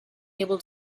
able